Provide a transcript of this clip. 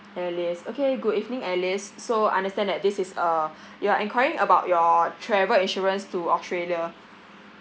alice okay good evening alice so understand that this is uh you are enquiring about your travel insurance to australia